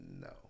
no